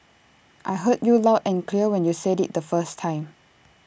I heard you loud and clear when you said IT the first time